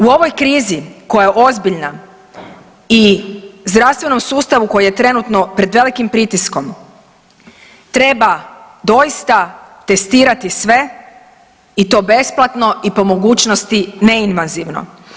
U ovoj krizi koja je ozbiljna i zdravstvenom sustavu koji je trenutno pred velikim pritiskom treba doista testirati sve i to besplatno i po mogućnosti neinvazivno.